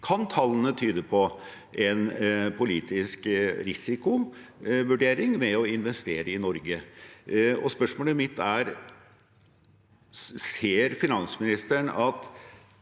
kan tallene tyde på – en politisk risikovurdering ved å investere i Norge. Spørsmålet mitt er: Ser finansministeren at